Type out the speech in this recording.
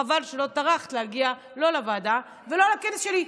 חבל שלא טרחת להגיע לא לוועדה ולא לכנס שלי.